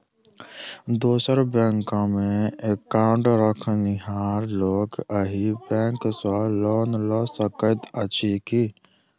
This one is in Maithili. दोसर बैंकमे एकाउन्ट रखनिहार लोक अहि बैंक सँ लोन लऽ सकैत अछि की?